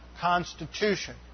constitution